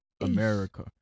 America